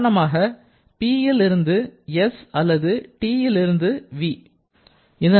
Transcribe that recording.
உதாரணமாக Pல் இருந்து s அல்லது Tல் இருந்து v